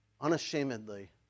unashamedly